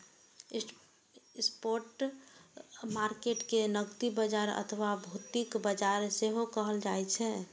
spot market कें नकदी बाजार अथवा भौतिक बाजार सेहो कहल जाइ छै